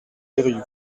eyrieux